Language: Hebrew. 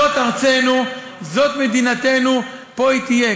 זאת ארצנו, זאת מדינתנו, ופה היא תהיה.